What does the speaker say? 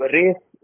race